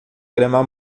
grama